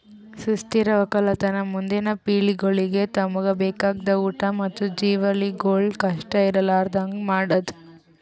ಸುಸ್ಥಿರ ಒಕ್ಕಲತನ ಮುಂದಿನ್ ಪಿಳಿಗೆಗೊಳಿಗ್ ತಮುಗ್ ಬೇಕಾಗಿದ್ ಊಟ್ ಮತ್ತ ಜವಳಿಗೊಳ್ ಕಷ್ಟ ಇರಲಾರದಂಗ್ ಮಾಡದ್